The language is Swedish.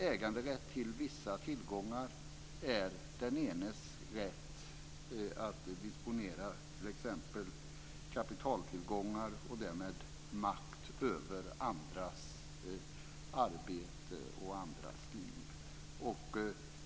Äganderätt till vissa tillgångar är den enes rätt att disponera t.ex. kapitaltillgångar, och den ger därmed makt över andras arbete och andras liv.